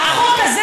היא בטלפון,